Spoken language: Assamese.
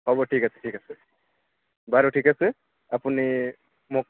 হ'ব ঠিক আছে ঠিক আছে বাৰু ঠিক আছে আপুনি মোক